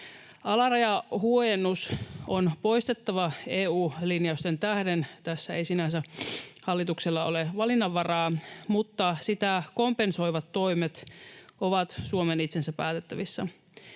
Alarajahuojennus on poistettava EU-linjausten tähden, tässä ei sinänsä hallituksella ole valinnanvaraa, mutta sitä kompensoivat toimet ovat Suomen itsensä päätettävissä.